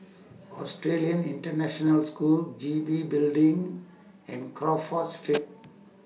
Australian International School G B Building and Crawford Street